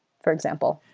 for example.